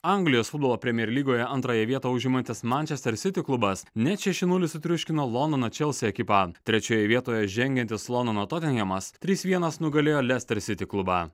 anglijos futbolo premier lygoje antrąją vietą užimantis mančester siti klubas net šeši nulis sutriuškino londono čelsi ekipą trečioje vietoje žengiantis londono totengemas trys vienas nugalėjo lester siti klubą